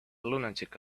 lunatic